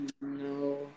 No